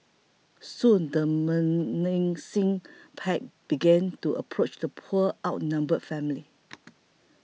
soon the menacing pack began to approach the poor outnumbered family